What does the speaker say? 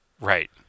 Right